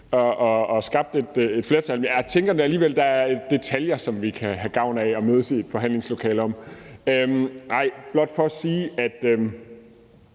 og skabt et flertal. Jeg tænker da alligevel, at der er detaljer, som vi kan have gavn af at mødes i et forhandlingslokale om. Det er blot for at sige, at